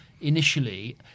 initially